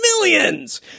millions